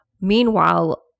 Meanwhile